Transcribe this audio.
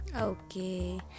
okay